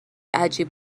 عجیب